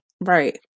right